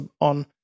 on